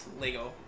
Lego